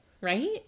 right